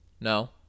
No